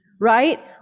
right